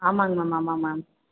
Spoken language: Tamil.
ஆமாங்க மேம் ஆமாங்க மேம்